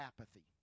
apathy